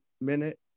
minute